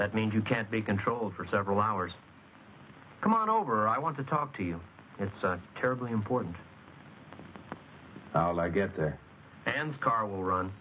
that means you can't be controlled for several hours come on over i want to talk to you it's terribly important out i get there and car will run